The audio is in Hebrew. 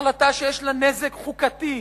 החלטה שיש לה נזק חוקתי,